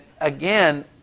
again